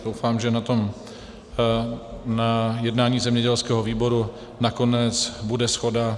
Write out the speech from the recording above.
Doufám, že na tom jednání zemědělského výboru nakonec bude shoda.